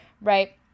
Right